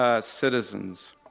citizens